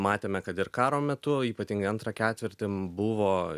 matėme kad ir karo metu ypatingai antrą ketvirtį buvo